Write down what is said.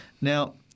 Now